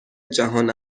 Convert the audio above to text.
جهان